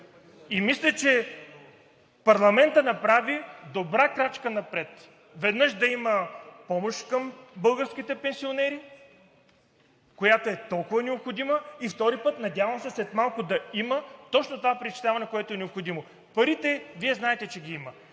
Мисля, че парламентът направи добра крачка напред – веднъж да има помощ към българските пенсионери, която е толкова необходима, и, втори път, надявам се след малко да има точно това преизчисляване, което е необходимо. Парите, Вие знаете, че ги има.